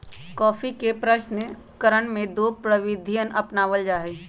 coffee के प्रशन करण के दो प्रविधियन अपनावल जा हई